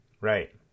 Right